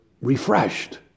refreshed